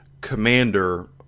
commander